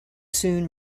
soon